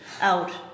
out